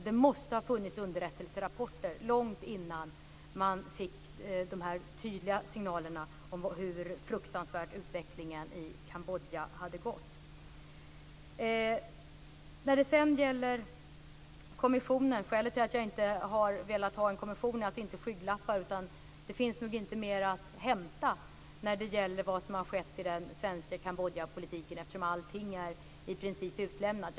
Det måste ha funnits underrättelserapporter långt innan man fick de här tydliga signalerna om hur fruktansvärt utvecklingen i Kambodja hade varit. När det sedan gäller kommissionen är skälet till att jag inte velat ha en kommission inte skygglappar, utan det finns nog inte mera att hämta när det gäller vad som skett i den svenska Kambodjapolitiken, eftersom allting i princip är utlämnat.